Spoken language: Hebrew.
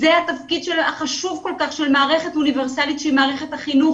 זה התפקיד החשוב כל כך של מערכת אוניברסלית שהיא מערכת החינוך,